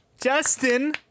Justin